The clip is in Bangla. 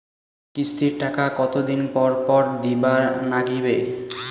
কিস্তির টাকা কতোদিন পর পর দিবার নাগিবে?